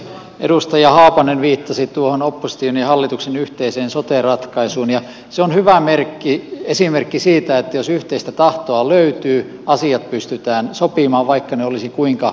edustaja haapanen viittasi tuohon opposition ja hallituksen yhteiseen sote ratkaisuun ja se on hyvä esimerkki siitä että jos yhteistä tahtoa löytyy asiat pystytään sopimaan vaikka ne olisivat kuinka vaikeita